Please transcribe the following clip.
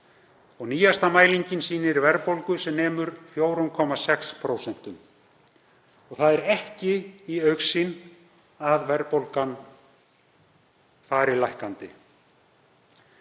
Nýjasta mælingin sýnir verðbólgu sem nemur 4,6% og það er ekki í augsýn að verðbólgan fari lækkandi.